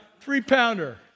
three-pounder